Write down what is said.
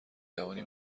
توانی